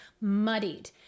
muddied